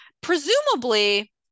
Presumably